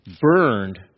burned